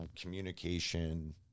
communication